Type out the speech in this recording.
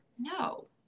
No